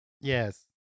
Yes